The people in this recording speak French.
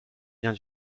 vient